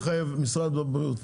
משרד הבריאות,